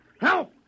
Help